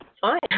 fine